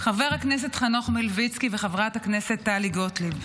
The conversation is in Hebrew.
חבר הכנסת חנוך מלביצקי וחברת הכנסת טלי גוטליב,